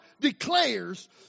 declares